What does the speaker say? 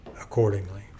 accordingly